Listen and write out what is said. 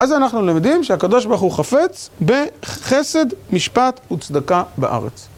אז אנחנו לומדים שהקדוש ברוך הוא חפץ בחסד, משפט וצדקה בארץ.